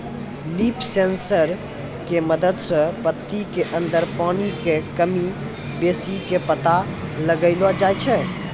leaf sensor के मदद सॅ पत्ती के अंदर पानी के कमी बेसी के पता लगैलो जाय छै